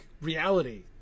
reality